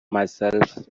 myself